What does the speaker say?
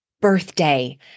birthday